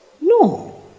No